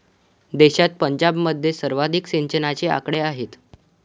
देशात पंजाबमध्ये सर्वाधिक सिंचनाचे आकडे आहेत